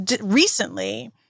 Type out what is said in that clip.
recently—